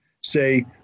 say